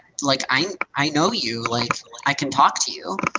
like i i know you, like i can talk to you.